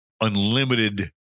unlimited